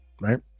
right